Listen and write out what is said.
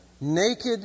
naked